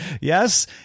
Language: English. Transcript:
Yes